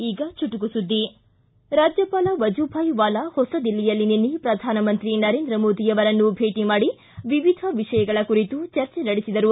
ಈಗ ಚುಟುಕು ಸುದ್ದಿ ರಾಜ್ಯಪಾಲ ವಜುಭಾಯ್ ವಾಲಾ ಹೊಸದಿಲ್ಲಿಯಲ್ಲಿ ನಿನ್ನೆ ಪ್ರಧಾನಮಂತ್ರಿ ನರೇಂದ್ರ ಮೋದಿ ಅವರನ್ನು ಭೇಟಿ ವಿವಿಧ ವಿಷಯಗಳ ಕುರಿತು ಚರ್ಚೆ ನಡೆಸಿದರು